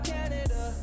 Canada